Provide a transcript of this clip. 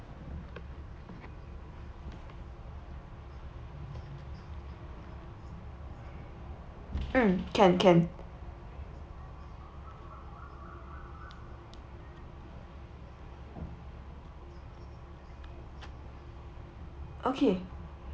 mm can can okay